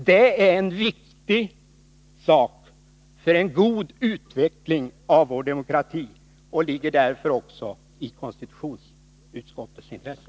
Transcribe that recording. Det är en viktig sak för en god utveckling av vår demokrati och ligger därför också i konstitutionsutskottets intresse.